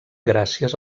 gràcies